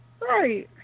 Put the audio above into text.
right